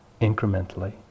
incrementally